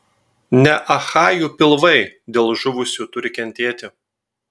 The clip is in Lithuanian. ne achajų pilvai dėl žuvusių turi kentėti